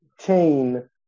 chain